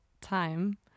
time